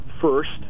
first